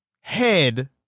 head